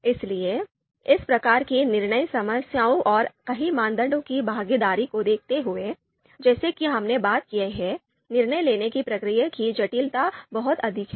इसलिए इस प्रकार की निर्णय समस्याओं और कई मानदंडों की भागीदारी को देखते हुए जैसा कि हमने बात की है निर्णय लेने की प्रक्रिया की जटिलता बहुत अधिक है